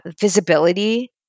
visibility